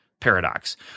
paradox